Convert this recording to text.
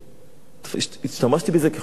השתמשתי בזה כחומר מחקר,